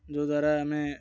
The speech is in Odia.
ଯେଉଁ ଦ୍ୱାରା ଆମେ